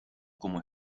como